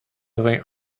vingt